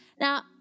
Now